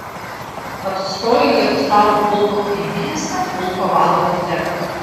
apsistojo jie husarų pulko kareivinėse pulko vado bute